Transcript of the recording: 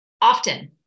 often